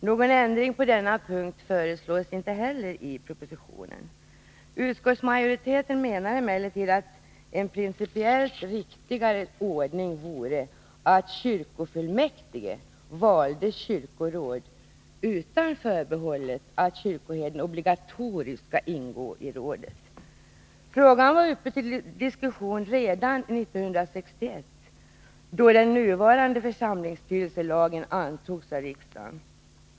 Någon ändring på denna punkt föreslås inte heller i propositionen. Utskottsmajoriteten menar emellertid att en principiellt riktigare ordning vore att kyrkofullmäktige valde kyrkoråd utan förbehållet att kyrkoherden obligatoriskt skall ingå i rådet. Frågan var uppe till diskussion redan 1961, då den nuvarande församlingsstyrelselagen antogs avriksdagen.